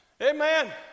Amen